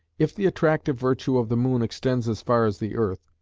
if the attractive virtue of the moon extends as far as the earth,